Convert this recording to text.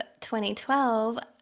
2012